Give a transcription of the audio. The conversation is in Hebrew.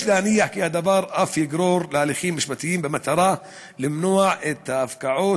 יש להניח כי הדבר אף יגרור להליכים משפטיים במטרה למנוע את ההפקעות,